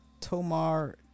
Tomar